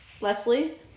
Leslie